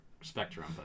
spectrum